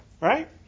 Right